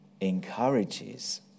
encourages